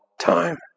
time